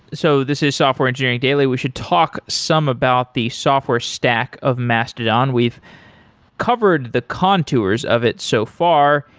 so this is software engineering daily. we should talk some about the software stack of mastodon. we've covered the contours of it so far.